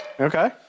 Okay